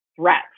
threats